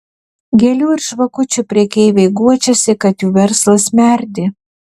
gėlių ir žvakučių prekeiviai guodžiasi kad jų verslas merdi